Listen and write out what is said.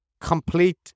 complete